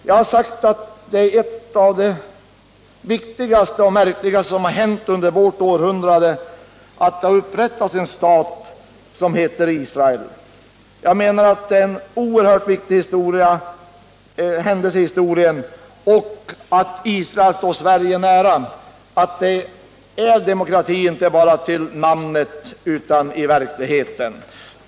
Jag har sagt att något av det viktigaste och märkligaste som har hänt under vårt århundrade är att det har upprättats en stat som heter Israel. Jag menar att det är en oerhört viktig händelse i historien. Israel står vidare Sverige nära, och det råder där demokrati, inte bara till namnet utan också i verkligheten.